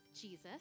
Jesus